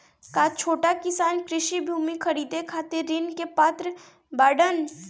का छोट किसान कृषि भूमि खरीदे खातिर ऋण के पात्र बाडन?